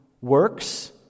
works